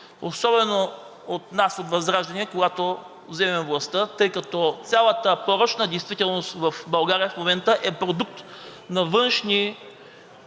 особено от нас, от ВЪЗРАЖДАНЕ, когато вземем властта, тъй като цялата порочна действителност в България в момента е продукт на външни